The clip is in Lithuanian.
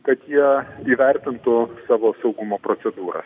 kad jie įvertintų savo saugumo procedūras